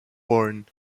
born